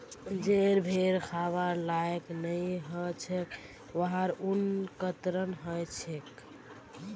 जे भेड़ खबार लायक नई ह छेक वहार ऊन कतरन ह छेक